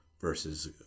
versus